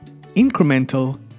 incremental